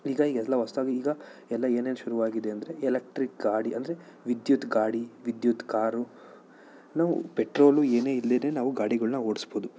ಈಗ ಎಲ್ಲ ಹೊಸ್ದಾಗಿ ಈಗ ಎಲ್ಲ ಏನೇನು ಶುರು ಆಗಿದೆ ಅಂದರೆ ಎಲೆಕ್ಟ್ರಿಕ್ ಗಾಡಿ ಅಂದರೆ ವಿದ್ಯುತ್ ಗಾಡಿ ವಿದ್ಯುತ್ ಕಾರು ನಾವು ಪೆಟ್ರೋಲ್ ಏನೇ ಇಲ್ದಿರೇನೆ ನಾವು ಗಾಡಿಗಳನ್ನ ಓಡಿಸಬೋದು